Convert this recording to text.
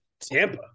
Tampa